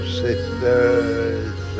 sisters